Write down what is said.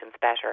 Better